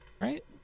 Right